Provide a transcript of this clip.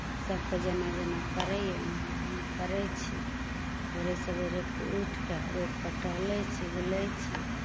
सभकोइ जेना जेना करैए ओना ओना हमहूँ करैत छी भोरे सवेरे उठि कऽ रोडपर टहलैत छी बुलैत छी